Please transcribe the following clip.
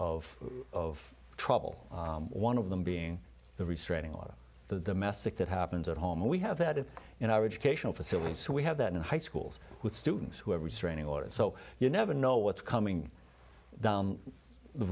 of of trouble one of them being the restraining order the message that happens at home we have that it in our educational facilities so we have that in high schools with students who have restraining orders so you never know what's coming down the